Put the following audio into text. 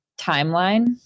timeline